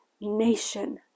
nation